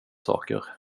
saker